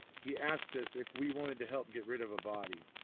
he asked us if we wanted to help get rid of a body.